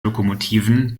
lokomotiven